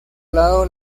lado